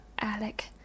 Alec